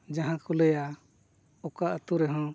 ᱡᱟᱦᱟᱸ ᱠᱚ ᱞᱟᱹᱭᱟ ᱚᱠᱟ ᱟᱛᱳ ᱨᱮᱦᱚᱸ